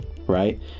right